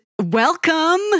welcome